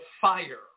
fire